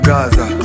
Gaza